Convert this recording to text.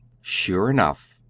sure enough,